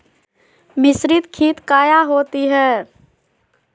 मिसरीत खित काया होती है?